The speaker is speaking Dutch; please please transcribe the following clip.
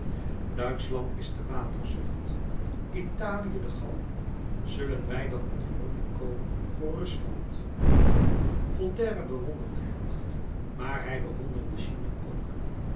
duitschland is de waterzucht italië de gal zullen wij dan in verrukking komen voor rusland voltaire bewonderde het maar hij bewonderde china ook